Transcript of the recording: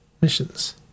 missions